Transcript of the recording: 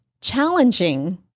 challenging